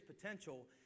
potential